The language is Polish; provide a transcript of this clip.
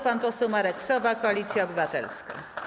Pan poseł Marek Sowa, Koalicja Obywatelska.